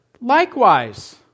likewise